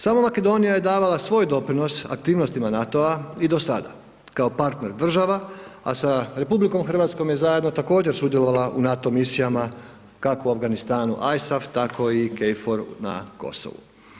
Sama Makedonija je davala svoj doprinos aktivnostima NATO-a i do sada, kao partner država a sa RH je zajedno također sudjelovala u NATO misijama kako u Afganistanu ISAF tako i KFOR na Kosovu.